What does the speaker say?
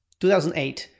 2008